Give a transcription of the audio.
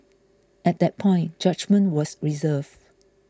at that point judgement was reserved